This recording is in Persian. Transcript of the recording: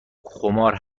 خمار